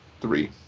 Three